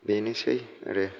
बेनोसै आरो